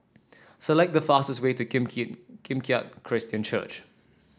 select the fastest way to Kim Keat Kim Keat Christian Church